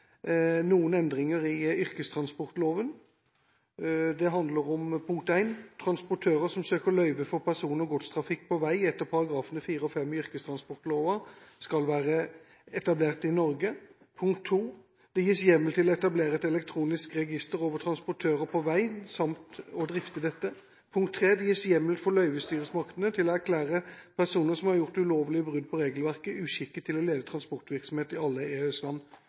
noen endringer i yrkestransportlova. Det handler om: Transportører som søker løyve for person- og godstransport på vei etter §§ 4 og 5 i yrkestransportlova, skal være etablert i Norge. Det gis hjemmel til å etablere et elektronisk register over transportører på vei samt å drifte dette. Det gis hjemmel for løyvestyresmaktene til å erklære personer som har gjort ulovlige brudd på regelverket, uskikket til å lede transportvirksomhet i alle